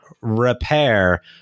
repair